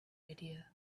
idea